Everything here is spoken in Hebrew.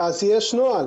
אז יש נוהל.